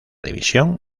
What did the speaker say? división